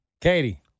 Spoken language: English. Katie